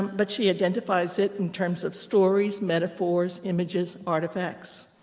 but she identifies it in terms of stories, metaphors, images, artifacts.